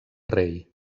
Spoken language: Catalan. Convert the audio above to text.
rei